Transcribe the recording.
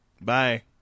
Bye